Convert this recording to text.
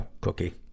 cookie